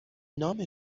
نام